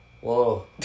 Whoa